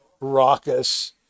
raucous